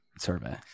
survey